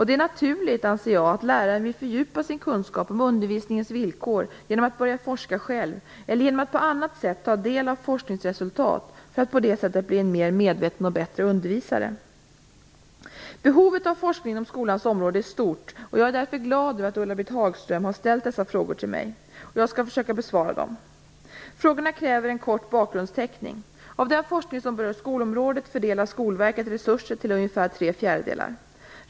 Det är naturligt att läraren vill fördjupa sin kunskap om undervisningens villkor genom att börja forska själv eller genom att på annat sätt ta del av forskningsresultat för att på det sättet bli en mer medveten och bättre undervisare. Behovet av forskning inom skolans område är stort. Jag är därför glad att Ulla-Britt Hagström har ställt dessa frågor till mig, och jag skall försöka besvara dem. Frågorna kräver en kort bakgrundsteckning. Av den forskning som berör skolområdet fördelar Skolverket resurser till ungefär tre fjärdedelar.